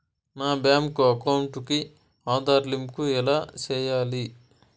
నా bank account కి Aadhaar link ఎలా సేయాలి